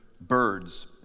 Birds